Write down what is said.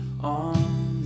on